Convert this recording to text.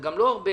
זה גם לא הרבה,